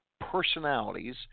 personalities